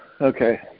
Okay